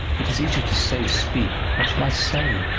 it is easy to say, speak. what shall i say?